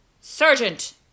Sergeant